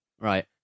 right